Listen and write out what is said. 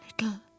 Little